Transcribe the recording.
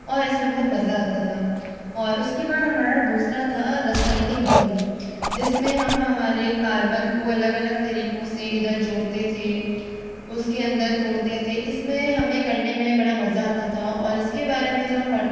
और इसमें बहुत मजा आता था और उसके बाद हमारा दूसरा था रसायनिक बंद जिसमें हम हमारे कार्बन को अलग अलग तरीकों से इधर जोड़ते थे उसके अंदर तोड़ते थे इसमें हमें करने में बड़ा मजा आता था और इसके बारे में जो हम और